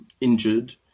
injured